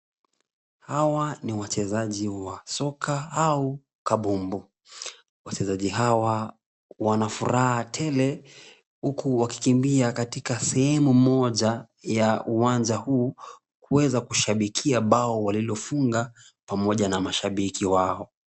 Hawa ni wachezaji wa soka au kabumbu. Wachezaji hawa wanafuraha tele huku wakikimbia katika sehemu moja ya uwanja huu kuweza kushabikia bao walilofunga pamoja na mashabiki wao.